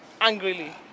angrily